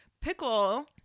Pickle